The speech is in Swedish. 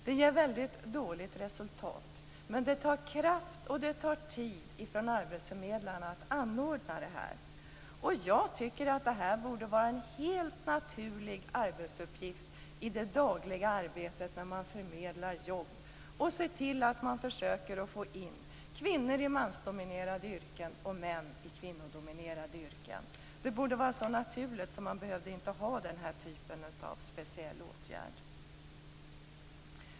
Det ger väldigt dåligt resultat, men det tar kraft och tid från arbetsförmedlarna att anordna. Jag tycker att det borde vara en helt naturlig arbetsuppgift i det dagliga arbetet med att förmedla jobb att försöka få in kvinnor i mansdominerade yrken och män i kvinnodominerade yrken. Det borde vara så naturligt att man inte skulle behöva ha den här typen av speciell åtgärd.